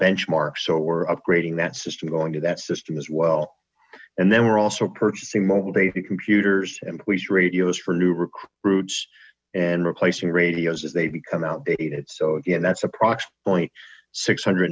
benchmark so we're upgrading that system going to that system as well and then we're also purchasing mobile based computers and police radios for new recruits and replacing radios as they become outdated so again that's approx point six hundred